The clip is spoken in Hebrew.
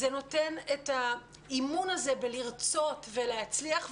זה נותן את האימון הזה בלרצות ולהצליח,